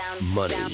money